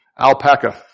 Alpaca